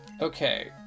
Okay